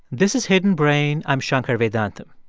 this is hidden brain. i'm shankar vedantam.